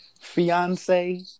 fiance